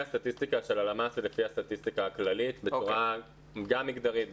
הסטטיסטיקה של הלמ"ס ולפי הסטטיסטיקה הכללית בצורה גם מגדרית,